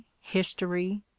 history